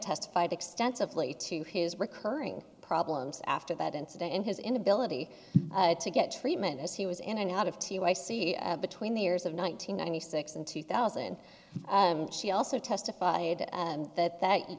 testified extensively to his recurring problems after that incident in his inability to get treatment as he was in and out of two i see between the years of nine hundred ninety six and two thousand and she also testified that that